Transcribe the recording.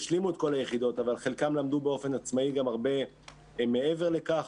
השלימו את כל היחידות אבל חלקם למדו באופן עצמאי גם הרבה מעבר לכך.